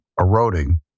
eroding